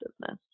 business